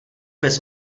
bez